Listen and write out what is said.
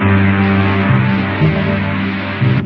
the